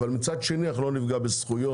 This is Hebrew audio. אבל מצד שני אנחנו לא נפגע בזכויות.